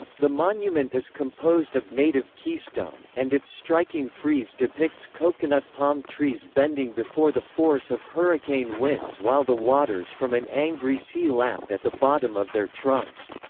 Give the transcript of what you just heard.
the monument is composed of native keystone, and its striking frieze depicts coconut palm trees bending before the force of hurricane winds while the waters from an angry sea lap at the bottom of their trunks.